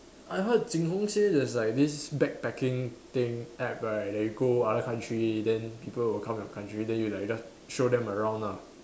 I heard Jing Hong say there's like this backpacking thing App right that you go other country then people will come your country then you like just show them around lah